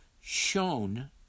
shown